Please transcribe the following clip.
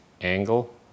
angle